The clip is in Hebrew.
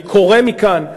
אני קורא מכאן,